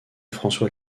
françois